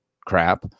crap